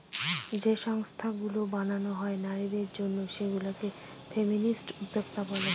যে সংস্থাগুলো বানানো হয় নারীদের জন্য সেগুলা কে ফেমিনিস্ট উদ্যোক্তা বলে